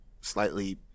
slightly